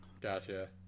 Gotcha